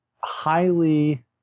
highly